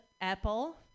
apple